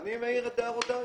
אני מעיר את הערותיי.